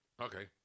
Okay